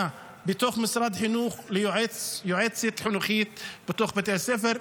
בתוך משרד החינוך ליועץ או יועצת חינוכית בתוך בתי הספר.